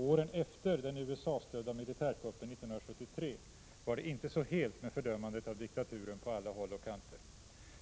Åren efter den USA-stödda militärkuppen 1973 var det inte så helt med fördömandet av diktaturen på alla håll och kanter.